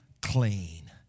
clean